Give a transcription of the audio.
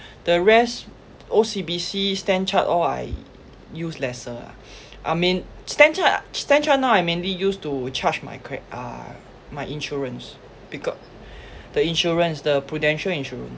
the rest O_C_B_C StanChart all I use lesser ah I mean StanChart StanChart now I mainly use to charge my cre~ uh my insurance becau~ the insurance the prudential insurance